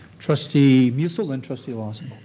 trustee musil then trustee lawson.